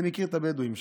אני מכיר את הבדואים שם.